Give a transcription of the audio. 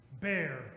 bear